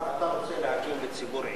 אתה רוצה להקים לציבור עיר,